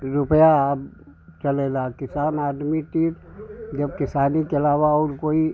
रुपया अब चलने लगा किसान आदमी तीन जब किसानी के अलावा और कोई